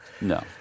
No